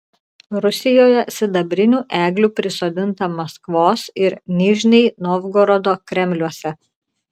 rusijoje sidabrinių eglių prisodinta maskvos ir nižnij novgorodo kremliuose